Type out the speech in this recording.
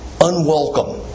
unwelcome